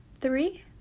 three